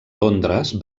londres